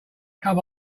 come